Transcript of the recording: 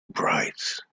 bright